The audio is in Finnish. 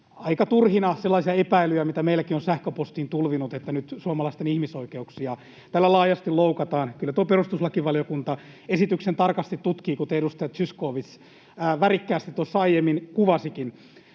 aika turhina sellaisia epäilyjä, mitä meillekin on sähköpostiin tulvinut, että nyt suomalaisten ihmisoikeuksia tällä laajasti loukataan. Kyllä perustuslakivaliokunta esityksen tarkasti tutkii, kuten edustaja Zyskowicz värikkäästi tuossa aiemmin kuvasikin.